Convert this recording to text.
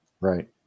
Right